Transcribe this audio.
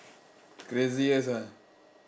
craziest ah